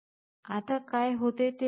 आता काय होते ते पाहूया